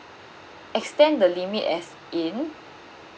extend the limit as in